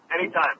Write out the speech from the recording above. Anytime